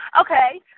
Okay